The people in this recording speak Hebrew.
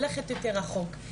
ללכת יותר רחוק.